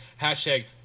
Hashtag